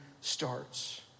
starts